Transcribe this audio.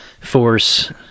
force